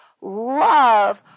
love